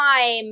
time